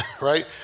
right